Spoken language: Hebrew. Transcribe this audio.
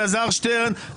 אלעזר שטרן,